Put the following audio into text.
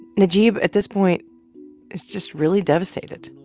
najeeb at this point is just really devastated.